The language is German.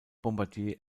bombardier